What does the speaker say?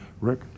Rick